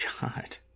god